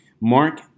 Mark